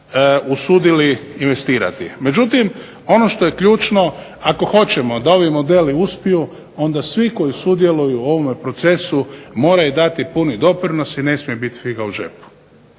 usudili investirati. Međutim, ono što je ključno ako hoćemo da ovi modeli uspiju onda svi koji sudjeluju u ovom procesu moraju dati puni doprinos i ne smije biti figa u džepu.